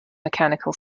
mechanical